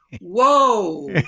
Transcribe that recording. whoa